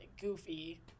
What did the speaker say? goofy